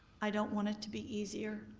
i don't want it to be easier,